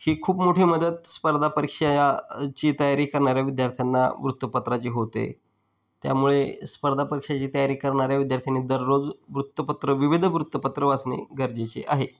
ही खूप मोठी मदत स्पर्धा परीक्षा ची तयारी करणाऱ्या विद्यार्थ्यांना वृत्तपत्राची होते त्यामुळे स्पर्धा परीक्षेची तयारी करणाऱ्या विद्यार्थ्यांनी दररोज वृत्तपत्र विविध वृत्तपत्रं वाचणे गरजेचे आहे